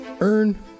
earn